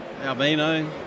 Albino